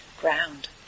ground